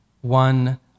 one